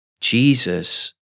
Jesus